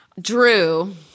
Drew